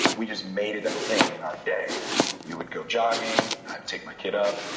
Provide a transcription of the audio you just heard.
we just made it a thing in our day. we would go jogging, take my kid up.